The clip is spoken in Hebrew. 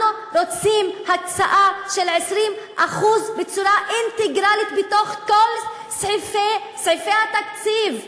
אנחנו רוצים הצעה של 20% בצורה אינטגרלית בתוך כל סעיפי התקציב.